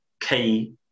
key